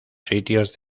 sitios